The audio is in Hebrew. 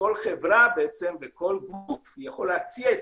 שכל חברה וכל גוף יכולים להציע את